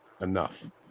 enough